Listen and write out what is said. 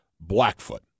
Blackfoot